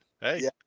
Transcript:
hey